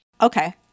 Okay